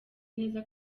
neza